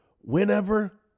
whenever